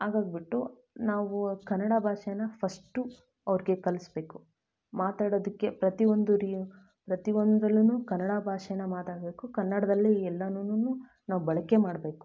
ಹಾಗಾಗ್ಬಿಟ್ಟು ನಾವು ಕನ್ನಡ ಭಾಷೆಯನ್ನು ಫಸ್ಟು ಅವ್ರಿಗೆ ಕಲಿಸ್ಬೇಕು ಮಾತಾಡೋದಕ್ಕೆ ಪ್ರತಿ ಒಂದು ರೀ ಪ್ರತಿ ಒಂದ್ರಲ್ಲೂ ಕನ್ನಡ ಭಾಷೇನ ಮಾತಾಡಬೇಕು ಕನ್ನಡದಲ್ಲೇ ಎಲ್ಲಾನುನು ನಾವು ಬಳಕೆ ಮಾಡಬೇಕು